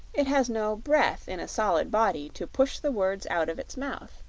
it has no breath in a solid body to push the words out of its mouth.